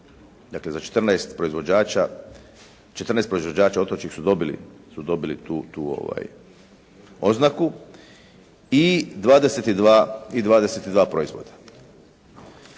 dakle za 14 proizvođača otočnih su dobili tu oznaku i 22 proizvoda.